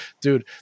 dude